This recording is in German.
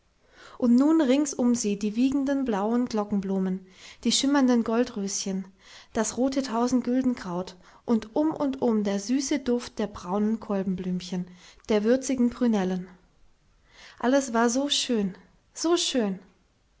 und nun rings um sie die wiegenden blauen glockenblumen die schimmernden goldröschen das rote tausendgüldenkraut und um und um der süße duft der braunen kolbenblümchen der würzigen prünellen alles war so schön so schön